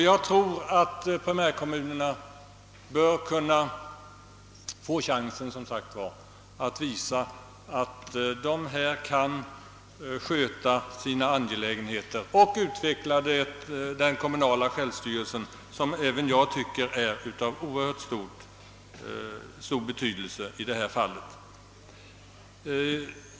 Jag tror som sagt att primärkommunerna bör få chansen att visa att de kan sköta sina angelägenheter och utveckla den kommunala självstyrelsen som jag tycker är av oerhört stor betydelse även i detta sammanhang.